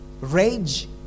rage